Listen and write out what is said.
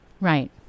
Right